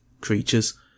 creatures